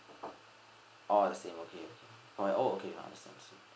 all the same okay for the oh okay understand